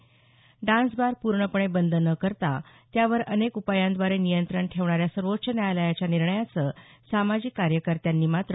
यंत्रण ठेवणाडान्स बार पूर्णपणे बंद न करता त्यावर अनेक उपायांद्वारे निऱ्यासर्वोच्च न्यायालयाच्या निर्णयाचं सामाजिक कार्यकर्त्यांनीमात्र